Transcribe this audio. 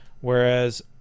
Whereas